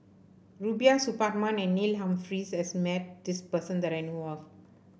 Rubiah Suparman and Neil Humphreys has met this person that I know of